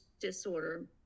disorder